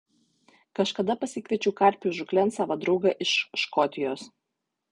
kažkada pasikviečiau karpių žūklėn savo draugą iš škotijos